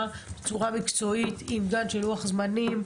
בצורה מקצועית עם גאנט של לוח זמנים.